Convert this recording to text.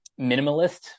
minimalist